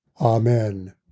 Amen